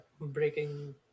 breaking